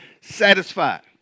satisfied